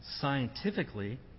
scientifically